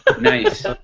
Nice